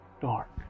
dark